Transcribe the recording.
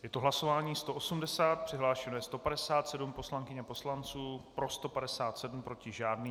Je to hlasování 180, přihlášeno je 157 poslankyň a poslanců, pro 157, proti žádný.